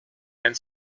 and